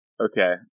Okay